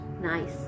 nice